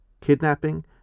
kidnapping